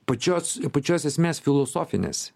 pačios pačios esmės filosofinės